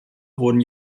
wurden